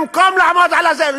במקום לעמוד על זה,